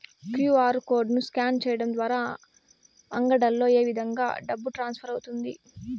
QR code ను scan సేయడం ద్వారా అంగడ్లలో ఏ విధంగా డబ్బు ట్రాన్స్ఫర్ అవుతుంది